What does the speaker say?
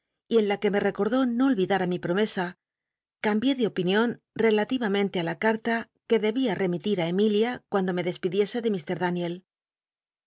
y en la que me recordó no olvidata mi promesa cambié de opinion rclaliramenle i la carla que dchia rcmil irú l m ilia cuando me despidiese de